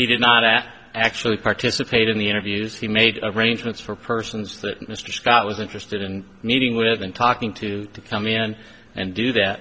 he did not at actually participate in the interviews he made arrangements for persons that mr scott was interested in meeting with and talking to come in and do that